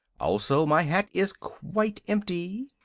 also, my hat is quite empty.